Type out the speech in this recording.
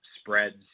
spreads